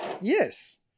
Yes